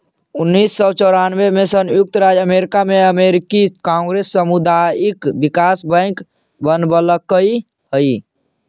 उन्नीस सौ चौरानबे में संयुक्त राज्य अमेरिका में अमेरिकी कांग्रेस सामुदायिक विकास बैंक बनवलकइ हई